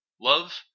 Love